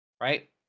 Right